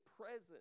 present